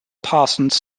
parsons